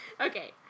Okay